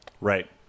Right